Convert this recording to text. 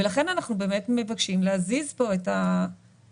ולכן אנחנו באמת מבקשים להזיז פה את כובד